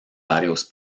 varios